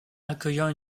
accueillant